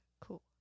Cool